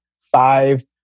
five